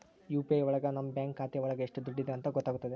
UPI ಒಳಗ ನಮ್ bank ಖಾತೆ ಒಳಗ ಎಷ್ಟ್ ದುಡ್ಡಿದೆ ಅಂತ ಗೊತ್ತಾಗ್ತದೆ